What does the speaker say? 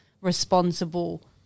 responsible